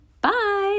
Bye